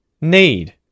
Need